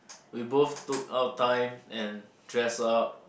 we both took out time and dress up